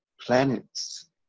Planets